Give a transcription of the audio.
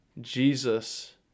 Jesus